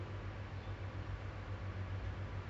east and north side basically is